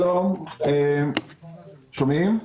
שלום, משרד הבינוי והשיכון נערך במשאבים שיש לו.